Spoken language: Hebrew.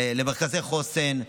למרכזי חוסן,